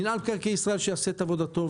מינהל מקרקעי ישראל שיעשה את עבודתו,